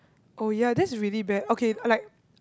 oh ya that's really bad okay like